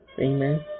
Amen